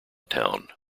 town